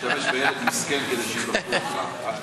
משתמש בילד מסכן כדי שיברכו אותך.